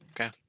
Okay